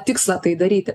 tikslą tai daryti